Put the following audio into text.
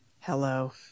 Hello